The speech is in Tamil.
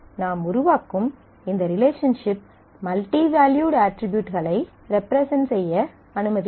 நாம் உருவாக்கும் இந்த ரிலேஷன்ஷிப் மல்டி வெல்யுட் அட்ரிபியூட்களை ரெப்ரசன்ட் செய்ய அனுமதிக்கிறது